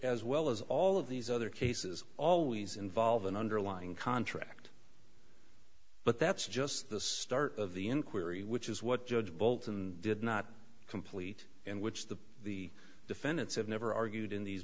as well as all of these other cases always involve an underlying contract but that's just the start of the inquiry which is what judge bolton did not complete and which the the defendants have never argued in these